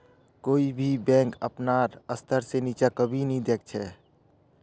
कोई भी बैंक अपनार स्तर से नीचा कभी नी दख छे